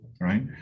right